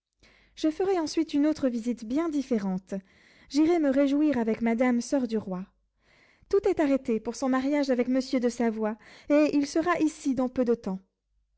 je ferai ensuite une autre visite bien différente j'irai me réjouir avec madame soeur du roi tout est arrêté pour son mariage avec monsieur de savoie et il sera ici dans peu de temps